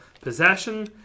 possession